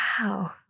wow